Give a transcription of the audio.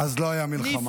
אז לא הייתה מלחמה.